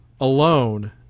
Alone